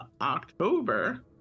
October